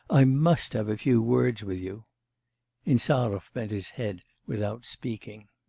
i must have a few words with you insarov bent his head without speaking.